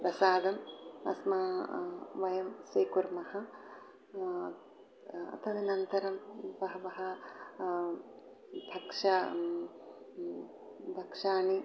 प्रसादम् अस्मा वयं स्वीकुर्मः तदनन्तरं बहवः भक्ष्यं भक्ष्याणि